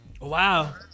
Wow